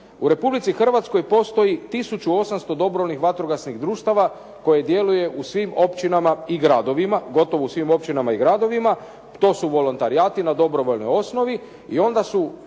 U Republici Hrvatskoj postoji 1800 dobrovoljnih vatrogasnih društava koje djeluje u svim općinama i gradovima, gotovo u svim općinama i gradovima. To su volontarijati na dobrovoljnoj osnovi i onda su